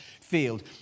field